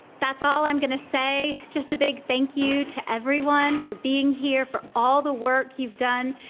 that's all i'm going to say. just a big thank you to everyone for being here, for all the work you've done,